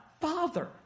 Father